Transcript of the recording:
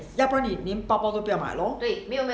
要不然你连包包都不要买 lor